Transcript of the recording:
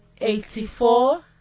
eighty-four